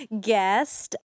guest